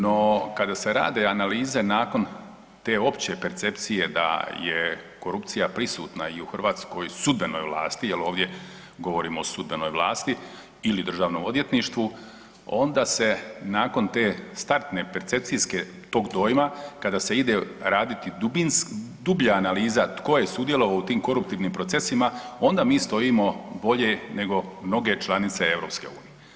No, kada se rade analize nakon te opće percepcije da je korupcija prisutna i u Hrvatskoj sudbenoj vlasti jer ovdje govorimo o sudbenoj vlasti ili Državnom odvjetništvu onda se nakon te startne percepcijske tog dojma kada se ide raditi dublja analiza tko je sudjelovao u tim koruptivnim procesima onda mi stojimo bolje nego mnoge članice EU.